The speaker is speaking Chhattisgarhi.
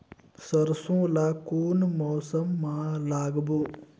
सरसो ला कोन मौसम मा लागबो?